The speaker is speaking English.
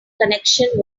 connection